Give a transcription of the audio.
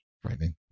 frightening